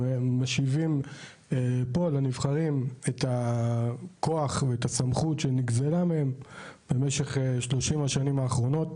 משיבים לידי הכנסת את הכוח והסמכות שנגזלו מהם ב-30 השנים האחרונות.